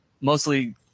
mostly –